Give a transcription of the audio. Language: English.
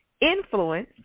Influence